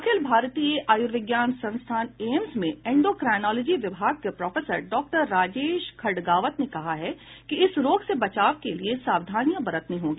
अखिल भारतीय आयुर्विज्ञान संस्थान एम्स में एंडोक्रिनोलॉजी विभाग के प्रोफेसर डॉक्टर राजेश खडगावत ने कहा है कि इस रोग से बचाव के लिए सावधानियां बरतनी होंगी